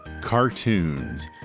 cartoons